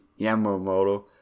Yamamoto